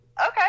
Okay